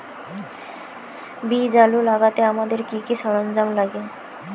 বীজ আলু লাগাতে আমাদের কি কি সরঞ্জাম লাগে?